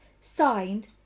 Signed